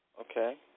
Okay